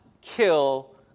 kill